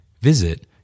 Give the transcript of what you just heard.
Visit